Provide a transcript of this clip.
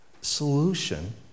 solution